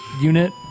unit